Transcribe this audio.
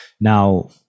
Now